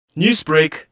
Newsbreak